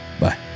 Bye